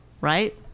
right